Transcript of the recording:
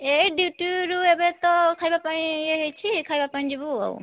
ଏ ଡ୍ୟୁଟିରୁ ଏବେ ତ ଖାଇବା ପାଇଁ ଇଏ ହେଇଛି ଖାଇବା ପାଇଁ ଯିବୁ ଆଉ